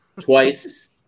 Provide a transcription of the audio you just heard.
Twice